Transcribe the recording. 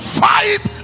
fight